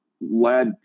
led